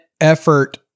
effort